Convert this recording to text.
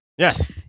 Yes